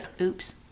oops